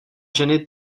ženy